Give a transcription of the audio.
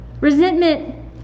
Resentment